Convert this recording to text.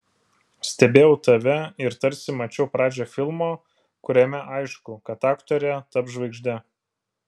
stebėjau tave ir tarsi mačiau pradžią filmo kuriame aišku kad aktorė taps žvaigžde